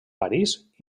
parís